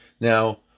Now